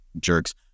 jerks